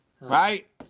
right